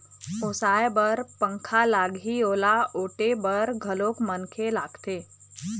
ओसाय बर पंखा लागही, ओला ओटे बर घलोक मनखे लागथे